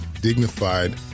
dignified